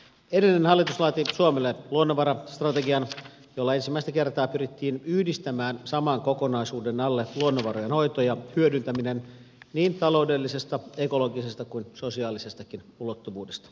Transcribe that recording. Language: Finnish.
edellinen hallitus laati suomelle luonnonvarastrategian jolla ensimmäistä kertaa pyrittiin yhdistämään saman kokonaisuuden alle luonnonvarojen hoito ja hyödyntäminen niin taloudellisesta ekologisesta kuin sosiaalisestakin ulottuvuudesta